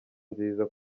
nziza